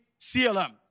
CLM